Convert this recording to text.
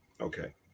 Okay